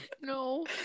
No